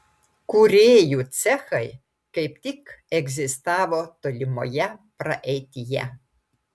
kūrėjų cechai kaip tik egzistavo tolimoje praeityje